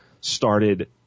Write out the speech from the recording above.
started